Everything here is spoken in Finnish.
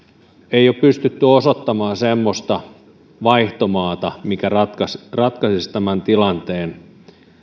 ei ole pystytty osoittamaan semmoista vaihtomaata mikä ratkaisisi tämän tilanteen